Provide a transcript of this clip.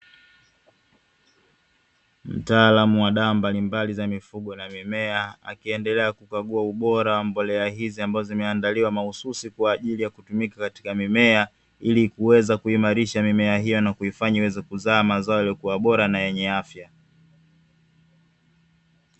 Mtaalamu wa dawa mbalimbali za mifugo na mimea akiendelea kukagua ubora wa mbolea hizi ambazo zimeandaliwa mahususi kwa ajili ya kutumika katika mimea, ili kuweza kuimarisha mimea hiyo na kuifanya iweze kuzaa mazao yaliyokuwa bora na yenye afya.